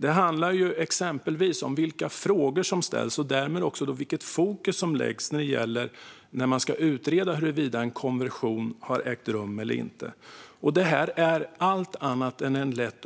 Det handlar exempelvis om vilka frågor som ställs och därmed också vilket fokus som läggs när man ska utreda huruvida en konversion har ägt rum eller inte. Detta är en uppgift som är allt annat än lätt,